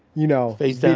you know, facetime,